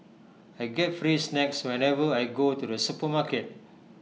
I get free snacks whenever I go to the supermarket